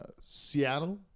Seattle